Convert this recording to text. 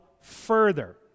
further